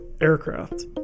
aircraft